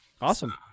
Awesome